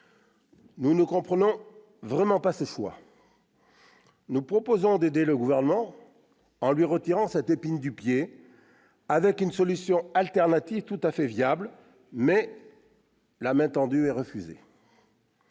Nous ne comprenons vraiment pas ce choix. Nous proposons d'aider le Gouvernement en lui retirant cette épine du pied avec une solution alternative tout à fait viable, mais la main tendue est refusée.